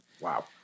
Wow